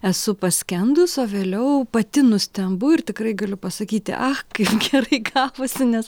esu paskendus o vėliau pati nustembu ir tikrai galiu pasakyti ach kaip gerai gavosi nes